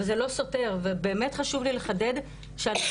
אבל זה לא סותר ובאמת חשוב לי לחדד שהנשים